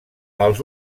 els